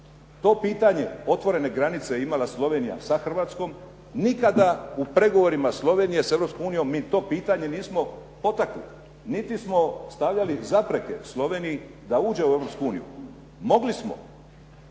To pitanje otvorene granice imala je Slovenija sa Hrvatskom. Nikada u pregovorima Slovenije s Europskom unijom mi to pitanje nismo potakli niti smo stavljali zapreke Sloveniji da uđe u Europsku